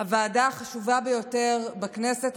הוועדה החשובה ביותר בכנסת.